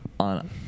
On